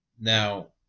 Now